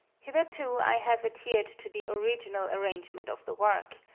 hitherto i have adhered to the original arrangement of the work,